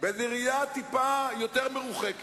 אמרו לי: מה זאת אומרת